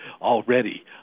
already